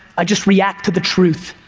i just react to the truth.